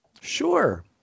Sure